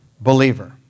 believer